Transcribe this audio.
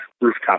rooftop